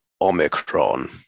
Omicron